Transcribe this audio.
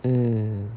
mm